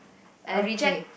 okay